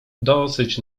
dosyć